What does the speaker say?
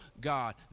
God